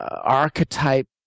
archetype